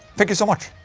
thank you so much.